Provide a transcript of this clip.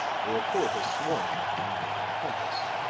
the report has swung like the needle of a compass,